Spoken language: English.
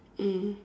mm